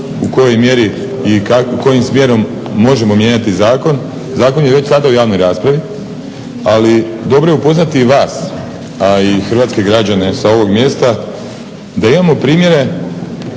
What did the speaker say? u kojoj mjeri i kojim smjerom možemo mijenjati zakon. Zakon je već sada u javnoj raspravi. Ali dobro je upoznati i vas, a i hrvatske građane sa ovog mjesta da imamo primjere